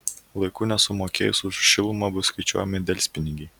laiku nesumokėjus už šilumą bus skaičiuojami delspinigiai